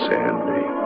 Sandy